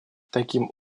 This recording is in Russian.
таким